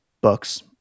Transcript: books